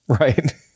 right